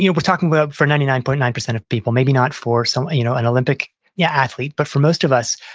you know we're talking about for nine nine point nine zero of people, maybe not for so you know an olympic yeah athlete. but for most of us,